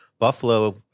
Buffalo